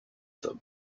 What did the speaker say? them